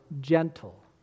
gentle